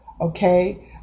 okay